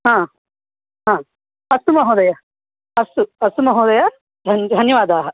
हा हा अस्तु महोदय अस्तु अस्तु महोदय धन् धन्यवादाः